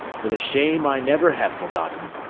with a shame i never have forgotten,